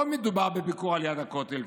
לא מדובר בביקור על יד הכותל,